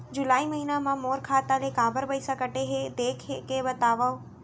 जुलाई महीना मा मोर खाता ले काबर पइसा कटे हे, देख के बतावव?